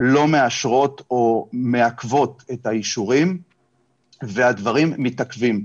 לא מאשרות או מעכבות את האישורים והדברים מתעכבים.